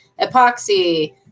epoxy